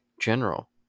General